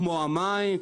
כמו המים,